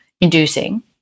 inducing